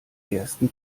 ersten